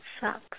sucks